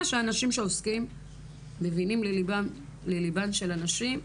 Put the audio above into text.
שאנשים שעוסקים מבינים לליבן של הנשים,